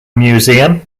museum